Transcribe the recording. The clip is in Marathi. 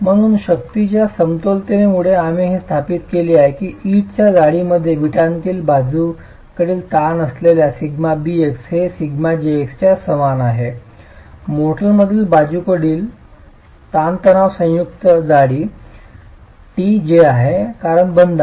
म्हणून शक्तींच्या समतोलतेपासून आम्ही हे स्थापित केले की वीटच्या जाडीमध्ये वीटातील बाजूकडील ताण असलेल्या σbx हे σjx च्या समान आहे जे मोर्टारमधील बाजूकडील ताण तणाव संयुक्त जाडी tj आहे कारण बंध आहे